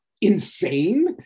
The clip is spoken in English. insane